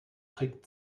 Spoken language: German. trick